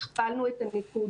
הכפלנו את הניקוד.